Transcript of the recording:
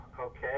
okay